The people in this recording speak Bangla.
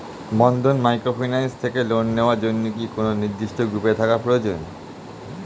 বন্ধন মাইক্রোফিন্যান্স থেকে লোন নেওয়ার জন্য কি কোন নির্দিষ্ট গ্রুপে থাকা প্রয়োজন?